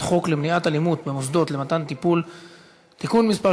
חוק למניעת אלימות במוסדות למתן טיפול (תיקון מס'